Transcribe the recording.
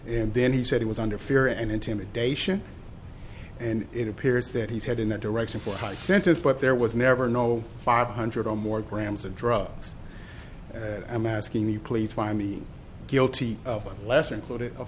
and then he said he was under fear and intimidation and it appears that he's had in a direction for sentence but there was never no five hundred or more grams of drugs and i'm asking you please find me guilty of a lesser included